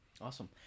Awesome